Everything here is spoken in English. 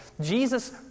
jesus